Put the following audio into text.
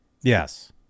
Yes